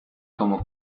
como